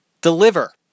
deliver